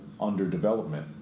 underdevelopment